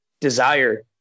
desire